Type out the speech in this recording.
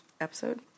Episode